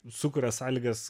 sukuria sąlygas